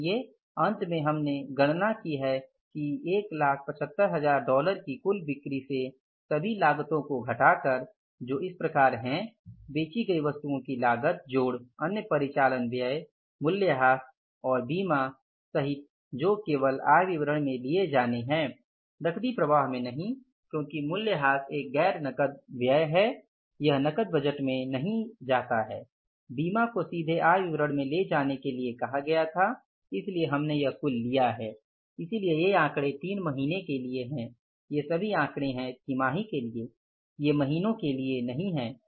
इसलिए अंत में हमने गणना की है कि 175000 डॉलर की कुल बिक्री से सभी लागतों को घटाकर जो इस प्रकार है बेची गई वस्तुओं की लागत जोड़ अन्य परिचालन व्यय मूल्यह्रास और बीमा सहित जो केवल आय विवरण में लिए जाने हैं नकदी प्रवाह में नहीं क्योंकि मूल्यह्रास एक गैर नकद व्यय है यह नकद बजट में नहीं जाता है बीमा को सीधे आय विवरण में ले जाने के लिए कहा गया था इसलिए हमने यह कुल लिया है इसलिए ये आंकड़े 3 महीने के लिए हैं ये सभी आंकड़े हैं तिमाही के लिए ये महीनों के लिए नहीं हैं